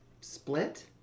split